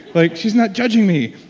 like she's not judging me.